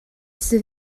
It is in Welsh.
sydd